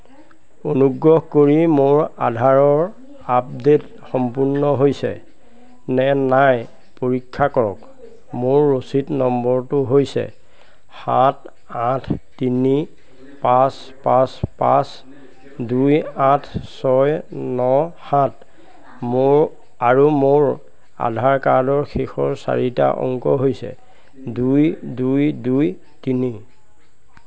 অনুগ্ৰহ কৰি মোৰ আধাৰৰ আপডেট সম্পূৰ্ণ হৈছে নে নাই পৰীক্ষা কৰক মোৰ ৰচিদ নম্বৰটো হৈছে সাত আঠ তিনি পাঁচ পাঁচ পাঁচ দুই আঠ ছয় ন সাত মোৰ আৰু মোৰ আধাৰ কাৰ্ডৰ শেষৰ চাৰিটা অংক হৈছে দুই দুই দুই তিনি